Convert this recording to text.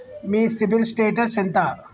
మీ CIBIL status ఎంత?